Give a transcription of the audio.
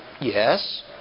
yes